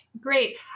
Great